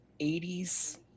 80s